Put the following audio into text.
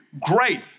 Great